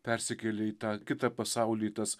persikėlė į tą kitą pasaulį į tas